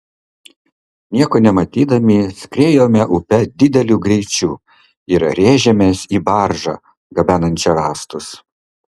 nieko nematydami skriejome upe dideliu greičiu ir rėžėmės į baržą gabenančią rąstus